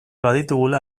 baditugula